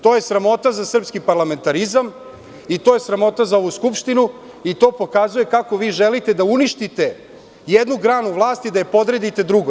To je sramota za srpski parlamentarizam i to je sramota za ovu Skupštinu i to pokazuje kako želite da uništite jednu granu vlasti i da je podredite drugoj.